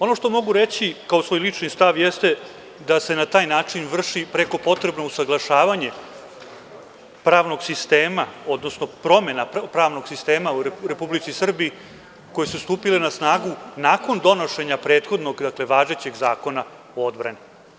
Ono što mogu reći kao svoj lični stav jeste da se na taj način vrši preko potrebno usaglašavanje pravnog sistema, odnosno promena pravnog sistema u Republici Srbiji koje su stupile na snagu nakon donošenja prethodnog, dakle, važećeg zakona o odbrani.